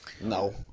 No